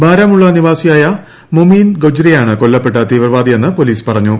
ബാരാമുള്ള നിവാസിയായ മൊമീൻ ഗൊജ്റിയാണ് കൊല്ലപ്പെട്ട തീവ്രവാദിയെന്ന് പൊലീസ് പറഞ്ഞു